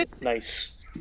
Nice